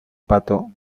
pato